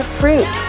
fruit